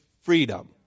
freedom